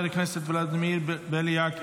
חבר הכנסת ולדימיר בליאק,